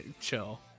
Chill